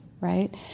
right